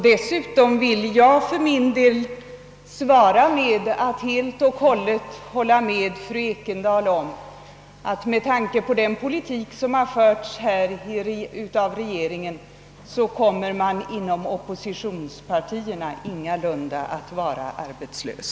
Dessutom vill jag för min del svara, att jag helt och fullt håller med fru Ekendahl om att med tanke på den politik, som har förts av regeringen, kommer man inom oppositionspartierna ingalunda att vara arbetslös.